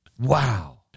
Wow